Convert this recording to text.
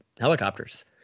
helicopters